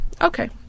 okay